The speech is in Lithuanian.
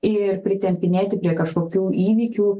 ir pritempinėti prie kažkokių įvykių